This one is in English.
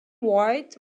white